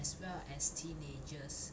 as well as teenagers